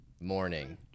Morning